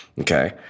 Okay